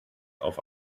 auf